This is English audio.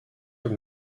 from